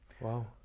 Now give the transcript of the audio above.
Wow